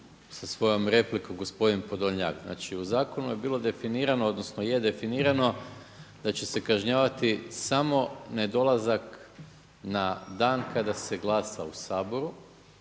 sa svojom replikom gospodin Podolnjak. Znači u zakonu je bilo definirano odnosno je definirano da će se kažnjavati samo ne dolazak na dan kada se glasa u Saboru,